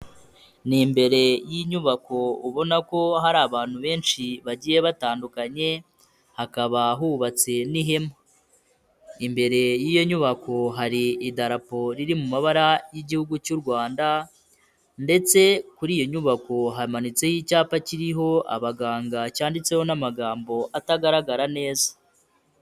Ni imbere y'inyubako ubona ko hari abantu benshi bagiye batandukanye, hakaba hubatse n'ihema. Imbere y'iyo nyubako hari idarapo riri mu mabara y'igihugu cy'u Rwanda ndetse kuri iyo nyubako hamanitseho icyapa kiriho abaganga cyanditseho n'amagambo atagaragara neza.